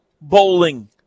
bowling